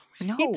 No